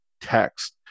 text